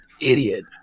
idiot